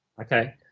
Okay